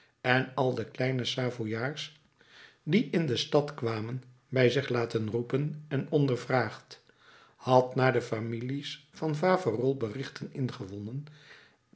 en al de kleine savooiaards die in de stad kwamen bij zich laten roepen en ondervraagd had naar de families van faverolles berichten ingewonnen